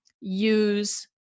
use